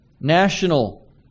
national